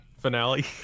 Finale